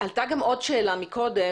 עלתה גם עוד שא לה מקודם,